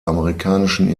amerikanischen